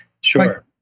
Sure